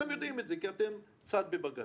אתם יודעים את זה כי אתם צד בבג"ץ.